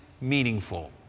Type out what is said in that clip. meaningful